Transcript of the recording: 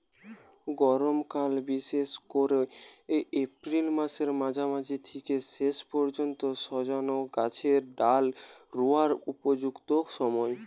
গরমকাল বিশেষ কোরে এপ্রিল মাসের মাঝামাঝি থিকে শেষ পর্যন্ত সজনে গাছের ডাল রুয়ার উপযুক্ত সময়